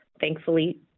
Thankfully